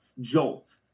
jolt